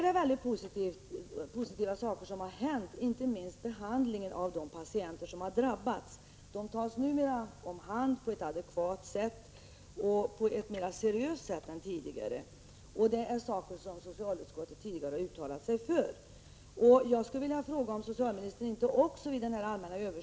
Det har hänt positiva saker, inte minst när det gäller behandlingen av de patienter som drabbats. De tas numera om hand på ett adekvat och mera seriöst sätt än tidigare. Det är sådant som socialutskottet tidigare uttalat sig för.